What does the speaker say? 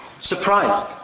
surprised